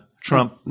Trump